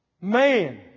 Man